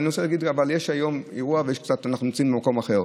אבל יש היום אירוע ואנחנו נמצאים במקום אחר.